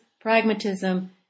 pragmatism